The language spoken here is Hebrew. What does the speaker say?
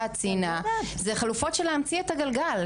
ציינה הן חלופות של להמציא את הגלגל,